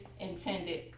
intended